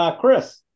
Chris